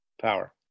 power